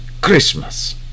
Christmas